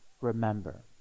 Remember